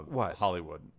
Hollywood